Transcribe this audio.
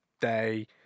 day